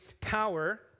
power